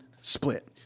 split